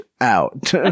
out